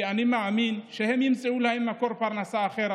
כי אני מאמין שהם ימצאו להם מקור פרנסה אחר.